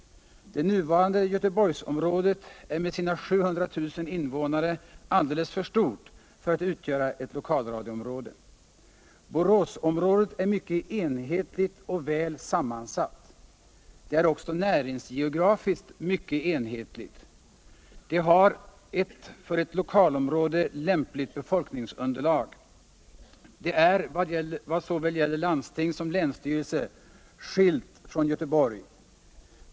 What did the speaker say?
Det nuvarande Göteborgsområdet är med sina 700 000 invånare alldeles för stort för att utgöra et lokalradioområde. Boråsområdet är mycket enhetligt och väl sammansatt. Det är också näringsgeografiskt mycket enhetligt. Det har ett för et lokalradioområde lämpligt befolkningsunderlag. Det är vad gäller såväl - landsting som länsstyrelse skilt från Göteborg.